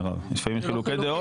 לפעמים יש חילוקי דעות.